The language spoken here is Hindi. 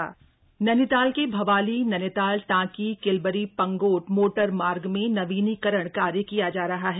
मोटरमार्ग बंद नैनीताल के भवाली नैनीताल टांकी किलबरी पंगोट मोटरमार्ग में नवीनीकरण कार्य किया जा रहा है